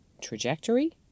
trajectory